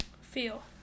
feel